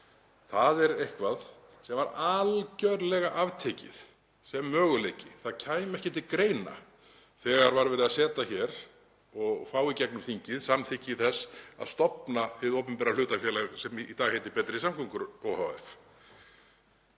Það er eitthvað sem var algerlega aftekið sem möguleiki, það kæmi ekki til greina þegar var verið að setja hér og fá í gegnum þingið samþykki þess að stofna hið opinbera hlutafélag sem í dag heitir Betri samgöngur ohf.